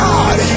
God